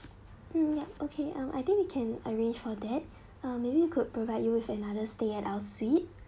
mm yup okay um I think we can arrange for that uh maybe we could provide you with another stay at our suite